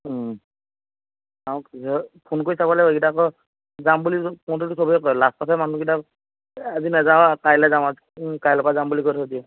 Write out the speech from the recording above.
চাও কি হয় ফোন কৰি চাব লাগিব এইকেইটা আকৌ যাম বুলি কওতেতো সবেই কয় লাষ্টতহে মানুহকেইটা আজি নাযাওঁ কাইলৈ যাম আৰু কাইলৈ পৰা যাম বুলি কৈ থৈ দিয়ে